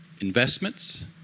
investments